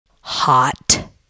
hot